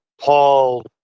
Paul